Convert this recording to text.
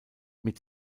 mit